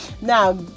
Now